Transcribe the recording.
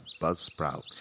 Buzzsprout